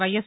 YS